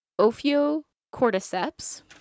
Ophiocordyceps